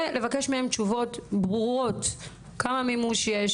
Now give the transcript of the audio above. ולבקש מהם תשובות ברורות - כמה מימוש יש